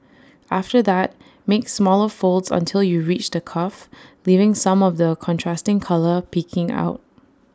after that make smaller folds until you reach the cuff leaving some of the contrasting colour peeking out